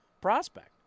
prospect